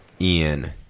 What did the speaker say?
ian